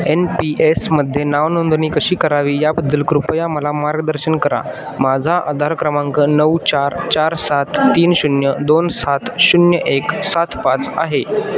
N P एसमध्ये नावनोंदणी कशी करावी याबद्दल कृपया मला मार्गदर्शन करा माझा आधार क्रमांक नऊ चार चार सात तीन शून्य दोन सात शून्य एक सात पाच आहे